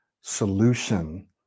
solution